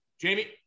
Jamie